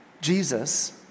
Jesus